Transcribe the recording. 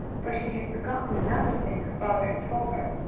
for she had forgotten another thing her father had told her,